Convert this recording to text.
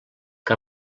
que